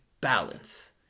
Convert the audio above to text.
balance